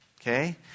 okay